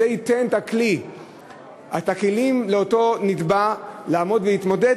זה ייתן את הכלים לאותו נתבע לעמוד ולהתמודד,